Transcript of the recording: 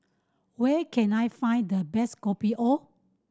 where can I find the best Kopi O